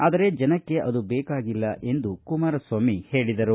ಆದರೆ ಜನಕ್ಕೆ ಅದು ಬೇಕಾಗಿಲ್ಲ ಎಂದು ಕುಮಾರಸ್ವಾಮಿ ಹೇಳಿದರು